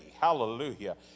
Hallelujah